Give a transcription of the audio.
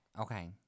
okay